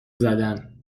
زدن